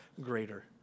greater